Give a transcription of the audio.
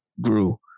grew